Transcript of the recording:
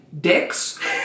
dicks